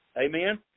Amen